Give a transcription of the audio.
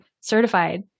certified